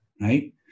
right